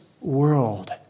world